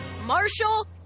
Marshall